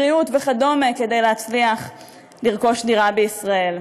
בריאות וכדומה כדי להצליח לרכוש דירה בישראל.